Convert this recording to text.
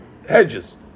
Hedges